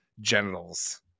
genitals